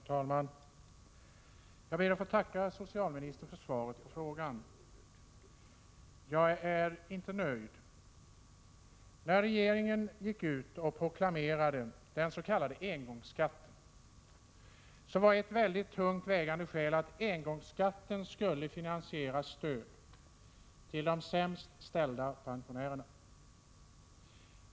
Herr talman! Jag ber att få tacka socialministern för svaret på frågan. Jag är inte nöjd. När regeringen gick ut och proklamerade den s.k. engångsskatten, var ett tungt vägande skäl att engångsskatten skulle finansiera stöd till ”de sämst ställda pensionärerna”.